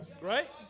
Right